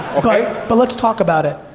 okay. but let's talk about it.